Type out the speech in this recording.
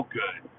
good